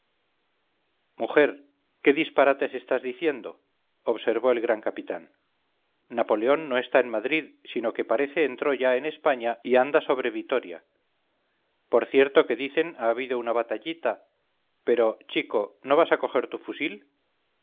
mujer qué disparates estás diciendo observó el gran capitán napoleón no está en madrid sino que parece entró ya en españa y anda sobre vitoria por cierto que dicen ha habido una batallita pero chico no vas a coger tu fusil